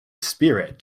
spirit